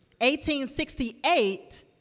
1868